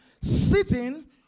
sitting